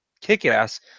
Kick-Ass